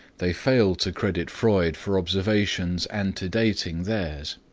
they fail to credit freud for observations antedating theirs.